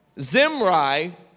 Zimri